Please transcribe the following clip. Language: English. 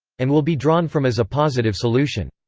and will be drawn from as a positive solution.